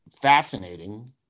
fascinating